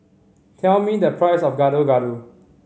tell me the price of Gado Gado